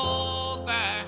over